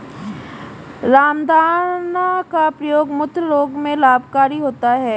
रामदाना का प्रयोग मूत्र रोग में लाभकारी होता है